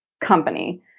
company